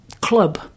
club